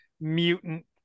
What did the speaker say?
mutant